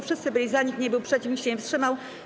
Wszyscy byli za, nikt nie był przeciw, nikt się nie wstrzymał.